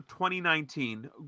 2019